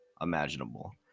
imaginable